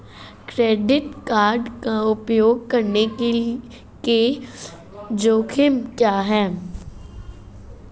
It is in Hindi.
क्रेडिट कार्ड का उपयोग करने के जोखिम क्या हैं?